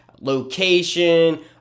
Location